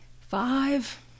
Five